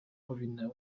powinny